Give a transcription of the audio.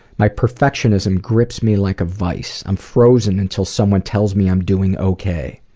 my perfectionism grips me like a vice. i'm frozen until someone tells me i'm doing ok.